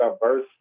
diverse